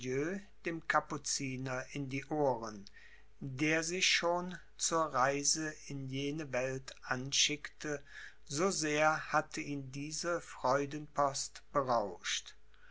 dem capuciner in die ohren der sich schon zur reise in jene welt anschickte so sehr hatte ihn diese freudenpost berauscht